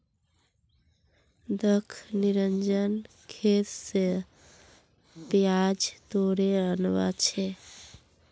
दख निरंजन खेत स प्याज तोड़े आनवा छै